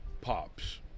pops